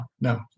no